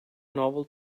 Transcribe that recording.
novel